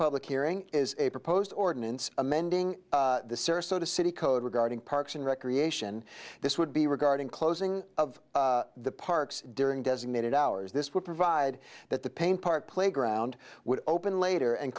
public hearing is a proposed ordinance amending the sarasota city code regarding parks and recreation this would be regarding closing of the parks during designated hours this would provide that the pain park playground would open later and